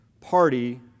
party